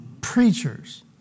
preachers